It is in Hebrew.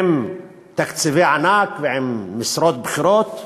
עם תקציבי ענק ובמשרות בכירות,